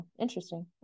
Interesting